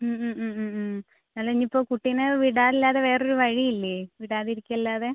ഉം ഉം ഉം ഉം ഉം അല്ല ഇനിയിപ്പോൾ കുട്ടീനെ വിടാനല്ലാതെ വേറൊരു വഴിയും ഇല്ലേ വിടാതിരിക്കുകയല്ലാതെ